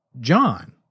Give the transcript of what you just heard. John